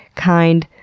kind,